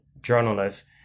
journalists